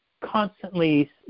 constantly –